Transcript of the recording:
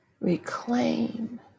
reclaim